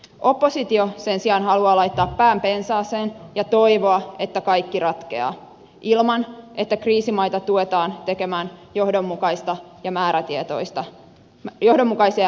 oppositio sen sijaan haluaa laittaa pään pensaaseen ja toivoa että kaikki ratkeaa ilman että kriisimaita tuetaan tekemään johdonmukaisia ja määrätietoisia ratkaisuja